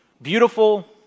Beautiful